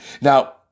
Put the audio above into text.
Now